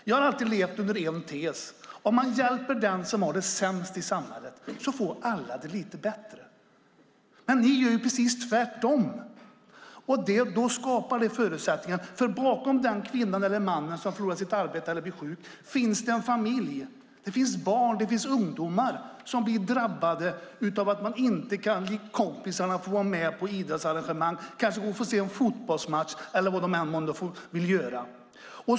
Jag har alltid levt efter tesen att om man hjälper den som har det sämst i samhället får alla det lite bättre. Men ni gör precis tvärtom. Och bakom den kvinna eller man som förlorar sitt arbete eller blir sjuk finns en familj. Det finns barn och ungdomar som blir drabbade av att de inte likt kompisarna kan få vara med på idrottsarrangemang, kanske få se en fotbollsmatch eller vad de nu vill göra.